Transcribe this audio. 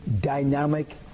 dynamic